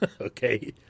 Okay